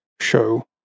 show